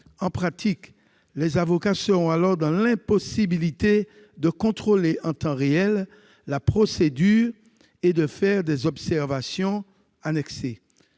en pratique, les avocats seront alors dans l'impossibilité de contrôler en temps réel la procédure et de faire des observations qui